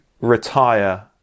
retire